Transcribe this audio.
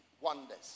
wonders